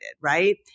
Right